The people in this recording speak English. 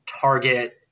target